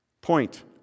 Point